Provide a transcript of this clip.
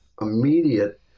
immediate